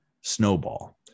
snowball